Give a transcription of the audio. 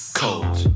cold